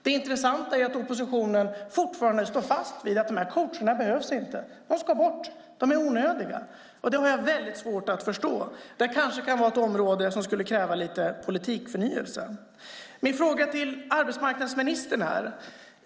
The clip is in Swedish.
Det intressanta är att oppositionen fortfarande står fast vid att dessa coacher inte behövs. De ska bort, för de är onödiga. Det har jag väldigt svårt att förstå. Det kanske kan vara ett område som skulle kräva lite politikförnyelse. Jag har en fråga till arbetsmarknadsministern.